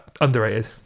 underrated